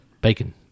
Bacon